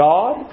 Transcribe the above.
God